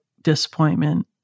disappointment